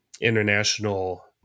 international